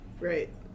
Right